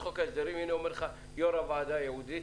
הנה, אומרים לך יו"ר הוועדה הייעודית,